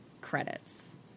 Credits